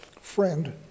friend